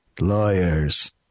lawyers